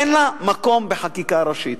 אין לה מקום בחקיקה ראשית.